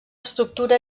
estructura